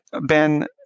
Ben